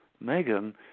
Megan